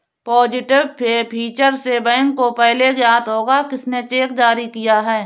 positive pay feature से bank को पहले ज्ञात होगा किसने चेक जारी किया है